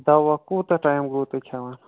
دوا کوتاہ ٹایِم گوٚوٕ تۄہہِ کھیٚوان